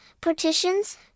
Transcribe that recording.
partitions